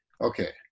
okay